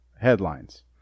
headlines